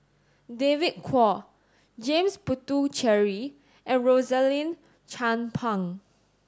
David Kwo James Puthucheary and Rosaline Chan Pang